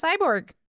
cyborg